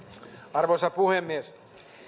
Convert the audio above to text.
arvoisa puhemies